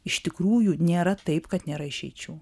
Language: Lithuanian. iš tikrųjų nėra taip kad nėra išeičių